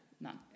None